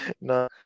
no